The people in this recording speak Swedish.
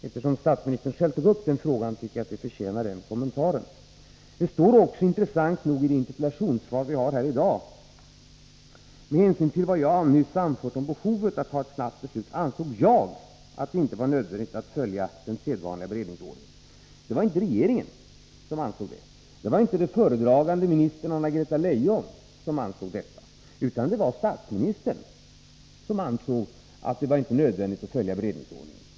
Eftersom statsministern själv tog upp denna fråga tycker jag att den förtjänar den kommentaren. Det står också, intressant nog, i det interpellationssvar vi har fått här i dag: ”Med hänsyn till vad jag nyss anfört om behovet att ta ett snabbt beslut ansåg jag att det inte var nödvändigt att följa den sedvanliga beredningsordningen.” Det var inte regeringen som ansåg det, och det var inte den föredragande ministern Anna-Greta Leijon som ansåg detta, utan det var statsministern som ansåg att det inte var nödvändigt att följa beredningsordningen.